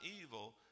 evil